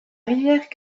rivière